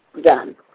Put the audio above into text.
done